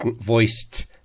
voiced